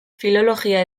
filologia